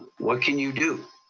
what can you do?